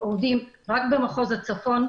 עובדים רק במחוז הצפון,